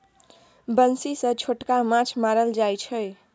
बंसी सँ छोटका माछ मारल जाइ छै